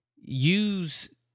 Use